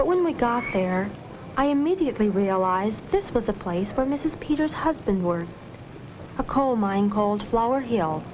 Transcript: but when we got there i immediately realized this was a place where mrs peters husband were a coal mine called flower hill